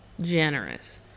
generous